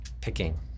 picking